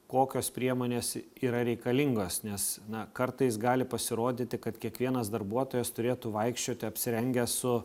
kokios priemonės yra reikalingos nes na kartais gali pasirodyti kad kiekvienas darbuotojas turėtų vaikščioti apsirengęs su